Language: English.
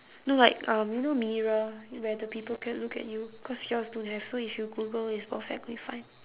no like um you know a mirror where the people can look at you because yours don't have so if you google is perfectly fine